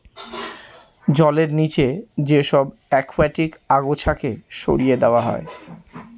জলের নিচে যে সব একুয়াটিক আগাছাকে সরিয়ে দেওয়া হয়